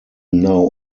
now